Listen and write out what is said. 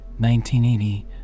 1980